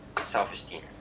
self-esteem